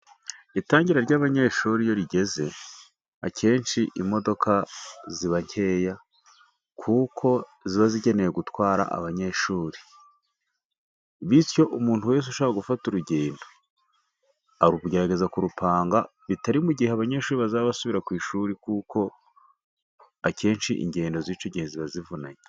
Itangira ry'abanyeshuri iyo rigeze, akenshi imodoka ziba nkeya kuko ziba zikeneye gutwara abanyeshuri, bityo umuntu wese ushaka gufata urugendo agerageza kurupanga, bitari mu gihe cy'abanyeshuri bazaba basubira ku ishuri, kuko akenshi ingendo z'icyo gihe ziba zivunanye.